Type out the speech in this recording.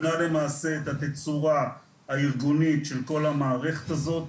הצורה הארגונית של כל המערכת הזאת.